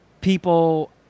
people